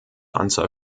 anzahl